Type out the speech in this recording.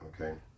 okay